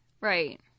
Right